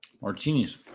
Martinis